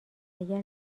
اگر